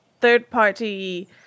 third-party